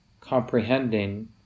comprehending